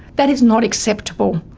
that is not acceptable.